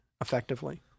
effectively